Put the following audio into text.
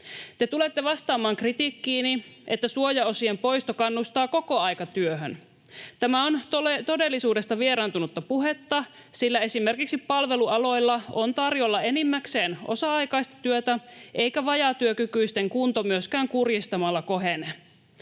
Te tulette vastaamaan kritiikkiini, että suojaosien poisto kannustaa kokoaikatyöhön. Tämä on todellisuudesta vieraantunutta puhetta, sillä esimerkiksi palvelualoilla on tarjolla enimmäkseen osa-aikaista työtä, eikä vajaatyökykyisten kunto myöskään kurjistamalla kohene.